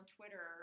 Twitter